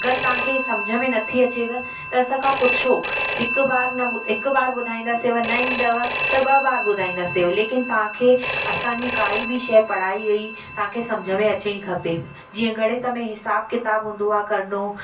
अगरि तव्हांखे सम्झ में नथी अचेव त असां खांपुछो हिकु बार न हिकु बार ॿुधाईंदासीं न ईंदव त ॿ बार ॿुधाईंदासीं लेकिन तव्हांखे असांजी काई बि शइ पढ़ाई वई तांखे सम्झ में अचणी खपे जीअं गणित में हिसाबु किताबु हूंदो आहे करिणो